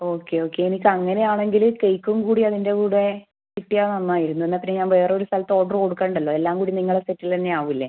okay okay എനിക്ക് അങ്ങനെ ആണെങ്കിൽ കേക്കും കൂടി അതിൻ്റെ കൂടെ കിട്ടിയാൽ നന്നായിരുന്നു എന്നാൽപ്പിന്നെ ഞാൻ വേറൊരു സ്ഥലത്ത് ഓർഡറ് കൊടുക്കേണ്ടല്ലോ എല്ലാം കൂടി നിങ്ങളെ സെറ്റിൽതന്നെ ആവില്ലേ